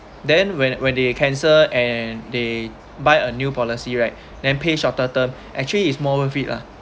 then when when they cancel and they buy a new policy right then pay shorter term actually is more worth it lah